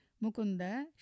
Mukunda